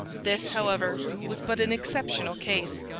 this, however, was but an exceptional case.